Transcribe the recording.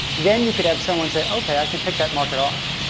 then you could have someone say, ok, i could pick that market off.